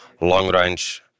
long-range